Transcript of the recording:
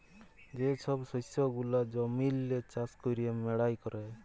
যে ছব শস্য গুলা জমিল্লে চাষ ক্যইরে মাড়াই ক্যরে